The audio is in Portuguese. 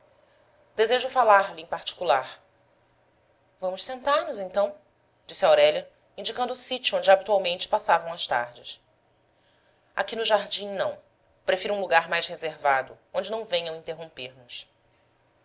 desejo falar-lhe em particular vamos sentar nos então disse aurélia indicando o sítio onde habitualmente passavam as tardes aqui no jardim não prefiro um lugar mais reservado onde não venham interromper nos